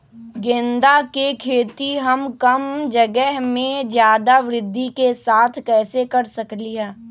गेंदा के खेती हम कम जगह में ज्यादा वृद्धि के साथ कैसे कर सकली ह?